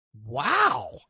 Wow